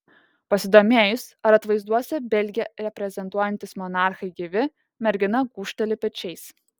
pasidomėjus ar atvaizduose belgiją reprezentuojantys monarchai gyvi mergina gūžteli pečiais